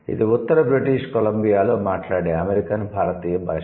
ఇది ఉత్తర బ్రిటిష్ కొలంబియాలో మాట్లాడే అమెరికన్ భారతీయ భాష